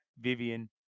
Vivian